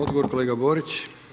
Odgovor kolega Borić.